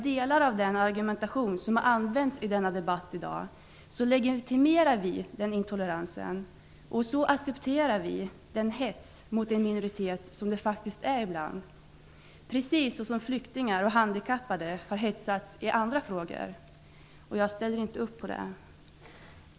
Delar av den argumentation som i dag har använts i denna debatt legitimerar den intoleransen. Då accepterar vi den hets mot en minoritet som det faktiskt är fråga om, precis som det har hetsats mot flyktingar och handikappade i andra frågor. Jag ställer inte upp på det.